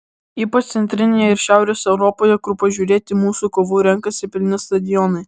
ypač centrinėje ir šiaurės europoje kur pažiūrėti mūsų kovų renkasi pilni stadionai